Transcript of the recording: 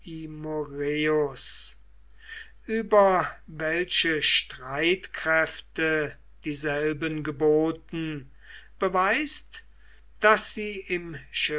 über welche streitkräfte dieselben geboten beweist daß sie im